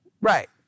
Right